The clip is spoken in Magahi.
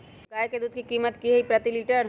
गाय के दूध के कीमत की हई प्रति लिटर?